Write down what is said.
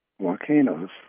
volcanoes